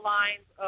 lines